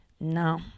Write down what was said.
no